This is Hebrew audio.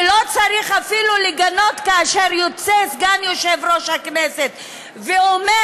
ולא צריך אפילו לגנות כאשר יוצא סגן יושב-ראש הכנסת ואומר